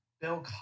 Bill